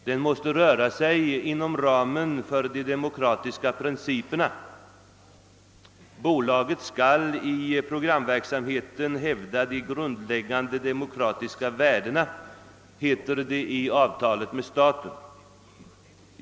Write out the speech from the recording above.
Den måste röra sig inom ramen för de demokratiska principerna. »Bolaget skall i programverksamheten hävda de grundläggande demokratiska värdena», heter det i avtalet med staten.